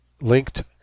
linked